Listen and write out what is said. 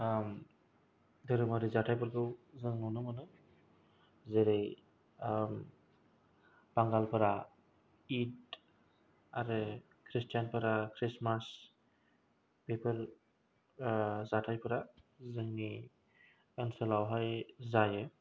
धोरोमारि जाथायफोरखौ जों नुनो मोनो जेरै बांगालफोरा इद आरो क्रिसटियानफोरा क्रिस्टमास बेफोर जाथायफोरा जोंनि ओन्सोलाव हाय जायो